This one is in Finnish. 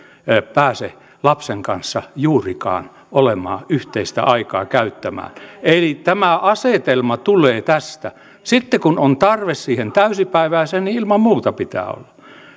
pääse lapsen kanssa juurikaan yhteistä aikaa käyttämään ei tämä asetelma tulee tästä sitten kun on tarve siihen täysipäiväiseen niin ilman muuta pitää olla